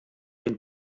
den